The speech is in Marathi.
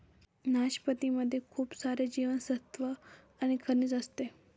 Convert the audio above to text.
नाशपती मध्ये खूप सारे जीवनसत्त्व आणि खनिज असते